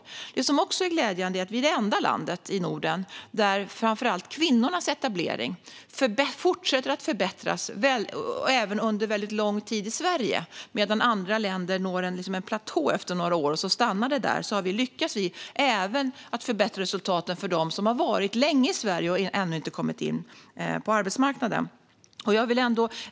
Något som också är glädjande är att vi är det enda land i Norden där framför allt kvinnornas etablering fortsätter att förbättras även efter lång tid i Sverige. Medan andra länder når en platå efter några år och så stannar det där lyckas vi förbättra resultaten även för dem som har varit länge i Sverige men som ännu inte har kommit in på arbetsmarknaden.